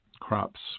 crops